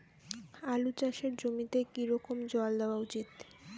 আলু চাষের জমিতে কি রকম জল দেওয়া উচিৎ?